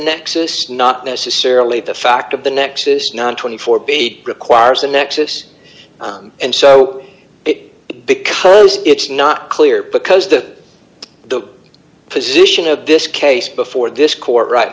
nexus not necessarily the fact of the nexus not twenty four dollars b requires a nexus and so it because it's not clear because the the position of this case before this court right